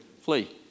Flee